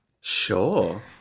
Sure